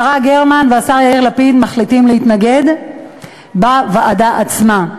השרה גרמן והשר יאיר לפיד מחליטים להתנגד בוועדה עצמה.